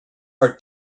are